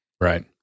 Right